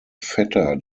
vetter